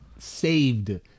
Saved